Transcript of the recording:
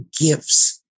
gifts